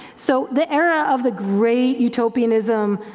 so the era of the great utopianism,